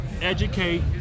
educate